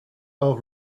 off